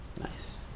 Nice